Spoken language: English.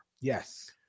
Yes